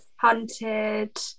Hunted